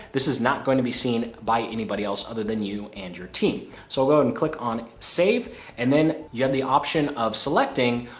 this is not going to be seen by anybody else other than you and your team. so go ahead and click on save and then you have the option of selecting,